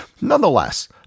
Nonetheless